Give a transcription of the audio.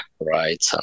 right